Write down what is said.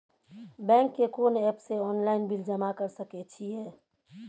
Bank के कोन app से ऑनलाइन बिल जमा कर सके छिए?